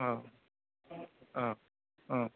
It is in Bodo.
औ औ औ